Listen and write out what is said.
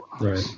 Right